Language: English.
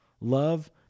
love